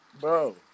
bro